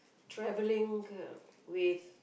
travelling with